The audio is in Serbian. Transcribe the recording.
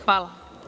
Hvala.